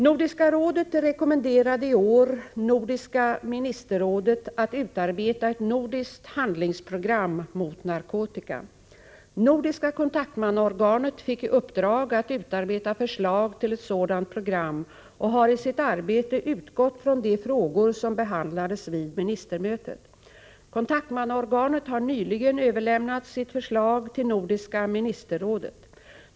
Nordiska rådet rekommenderade i år Nordiska ministerrådet att utarbeta ett nordiskt handlingsprogram mot narkotika. Nordiska kontaktmannaorganet fick i uppdrag att utarbeta förslag till ett sådant program och har i sitt arbete utgått från de frågor som behandlades vid ministermötet. Kontaktmannaorganet har nyligen överlämnat sitt förslag till Nordiska ministerrådet.